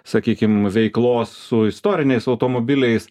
sakykim veiklos su istoriniais automobiliais